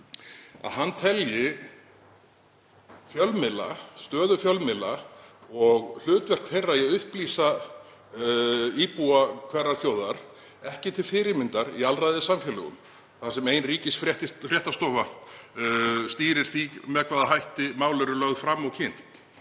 blaðamaður, telji stöðu fjölmiðla og hlutverk þeirra í að upplýsa íbúa hverrar þjóðar ekki til fyrirmyndar í alræðissamfélögum þar sem ein ríkisfréttastofa stýrir því með hvaða hætti mál eru lögð fram og kynnt.